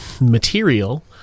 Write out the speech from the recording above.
material